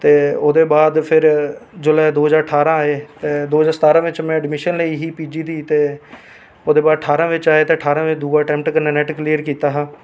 ते ओह्दे बाद फिर जिसलै दो हजार अठारां आए दो हजार स्तारां च एडमिशन लेई ही पी जी ओह्दे बाद अठारां बिच आए ते दूए अटैम्पट कन्नै नेट कलेयर कीता हा